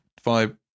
five